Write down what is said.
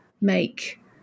make